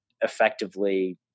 effectively